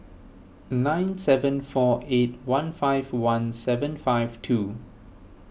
nine seven four eight one five one seven five two